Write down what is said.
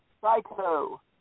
Psycho